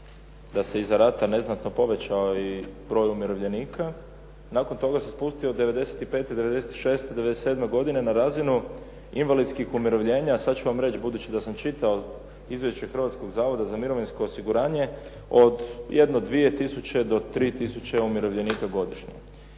da se iza rata neznatno povećao i broj umirovljenika. Nakon toga se spustio '95., '96., '97. godine na razinu invalidskih umirovljenja, a sad ću vam reći budući da sam čitao izvješće Hrvatskog zavoda za mirovinsko osiguranje od jedno 2000 do 3000 umirovljenika godišnje.